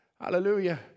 Hallelujah